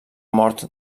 mort